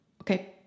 okay